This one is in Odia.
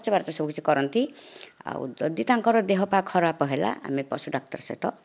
ଖର୍ଚ୍ଚ ବାର୍ଚ୍ଚ ସବୁ କିଛି କରନ୍ତି ଆଉ ଯଦି ତାଙ୍କର ଦେହ ପା ଖରାପ ହେଲା ଆମେ ପଶୁ ଡାକ୍ତର ସହିତ